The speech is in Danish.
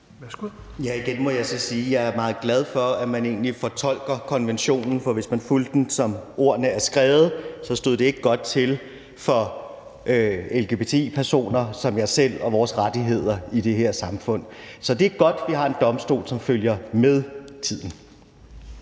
Igen må jeg så sige, at jeg er meget glad for, at man egentlig fortolker konventionen, for hvis man fulgte den, som ordene er skrevet, så stod det ikke godt til for lgbti-personer som mig selv og vores rettigheder i det her samfund. Så det er godt, vi har en domstol, som følger med tiden.